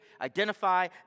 identify